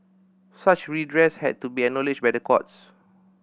such redress had to be acknowledged by the courts